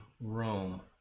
Rome